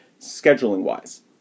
scheduling-wise